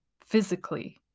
physically